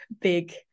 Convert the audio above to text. big